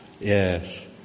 Yes